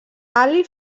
ali